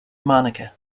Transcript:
monika